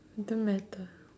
don't matter